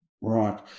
Right